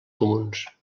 comuns